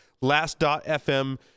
Last.fm